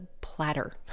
platter